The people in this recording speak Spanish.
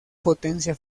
potencia